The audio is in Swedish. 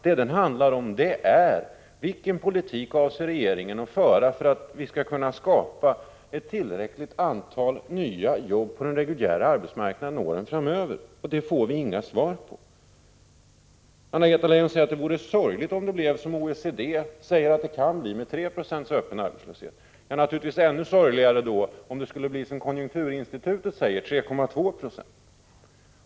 Den gäller: Vilken politik avser regeringen att föra för att vi skall kunna skapa ett tillräckligt antal nya jobb på den reguljära arbetsmarknaden under åren framöver? Den frågan får vi inget svar på. Anna-Greta Leijon säger att det vore sorgligt om det blev 3 76 öppen arbetslöshet som OECD förutspår. Det är naturligtvis ännu sorgligare om . det blir som konjunkturinstitutet säger, 3,2 7o.